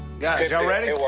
guys, y'all ready?